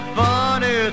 funny